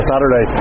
Saturday